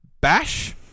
Bash